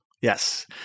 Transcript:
Yes